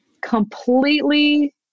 completely